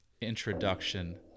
introduction